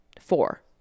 four